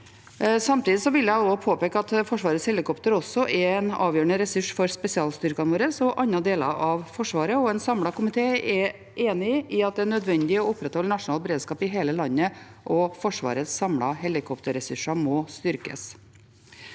Samtidig vil jeg påpeke at Forsvarets helikopter også er en avgjørende ressurs for spesialstyrkene våre og andre deler av Forsvaret. En samlet komité er enig i at det er nødvendig å opprettholde nasjonal beredskap i hele landet, og at Forsvarets samlede helikopterressurser må styrkes.